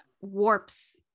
warps